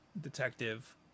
detective